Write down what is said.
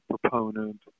proponent